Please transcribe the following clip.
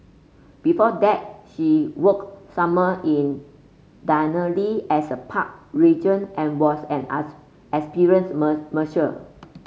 before that she worked summer in Denali as a park ranger and was an experienced musher